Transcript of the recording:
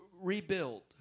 rebuild